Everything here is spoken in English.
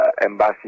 Embassy